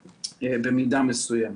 קיימת.